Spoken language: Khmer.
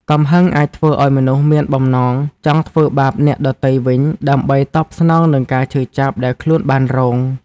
កំហឹងអាចធ្វើឲ្យមនុស្សមានបំណងចង់ធ្វើបាបអ្នកដទៃវិញ ដើម្បីតបស្នងនឹងការឈឺចាប់ដែលខ្លួនបានរង។